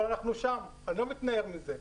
אבל אנחנו שם ואני לא מתנער מזה.